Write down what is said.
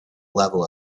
level